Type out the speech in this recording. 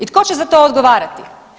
I tko će za to odgovarati?